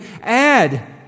add